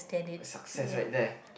success right there